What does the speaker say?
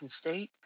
State